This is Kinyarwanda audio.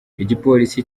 igipolisi